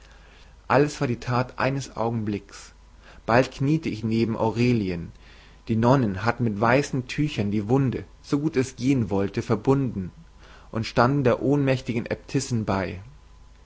alles war die tat eines augenblicks bald kniete ich neben aurelien die nonnen hatten mit weißen tüchern die wunde so gut es gehen wollte verbunden und standen der ohnmächtigen äbtissin bei